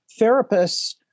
Therapists